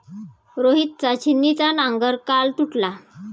रोहितचा छिन्नीचा नांगर काल तुटला